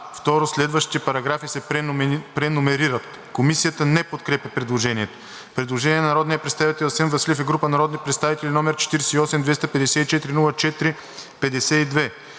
2. Следващите параграфи се преномерират.“ Комисията не подкрепя предложението. Предложение на народния представител Асен Василев и група народни представители № 48-254-04-52.